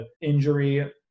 injury